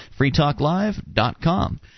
freetalklive.com